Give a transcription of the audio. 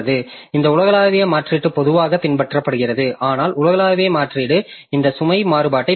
இந்த உலகளாவிய மாற்றீடு பொதுவாக பின்பற்றப்படுகிறது ஆனால் உலகளாவிய மாற்றீடு இந்த சுமை மாறுபாட்டைப் பெற்றுள்ளது